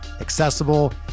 accessible